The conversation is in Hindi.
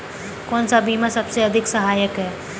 कौन सा बीमा सबसे अधिक सहायक है?